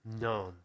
none